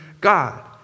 God